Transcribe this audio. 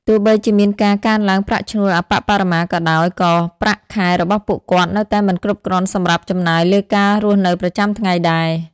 ទោះបីជាមានការកើនឡើងប្រាក់ឈ្នួលអប្បបរមាក៏ដោយ ក៏ប្រាក់ខែរបស់ពួកគាត់នៅតែមិនគ្រប់គ្រាន់សម្រាប់ចំណាយលើការរស់នៅប្រចាំថ្ងៃដែរ។